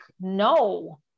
no